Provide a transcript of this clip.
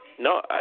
No